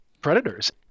predators